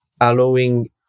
allowing